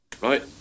Right